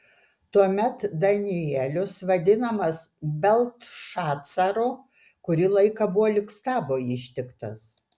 tuomet danielius vadinamas beltšacaru kurį laiką buvo lyg stabo ištiktas